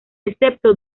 excepto